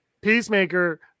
Peacemaker